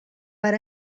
per